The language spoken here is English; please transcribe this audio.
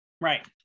right